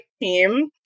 team